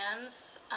hands